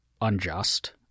unjust